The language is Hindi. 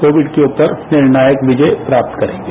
कोविड के ऊपर निर्णायक विजय हम प्राप्त करेंगे